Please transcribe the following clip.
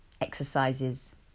exercises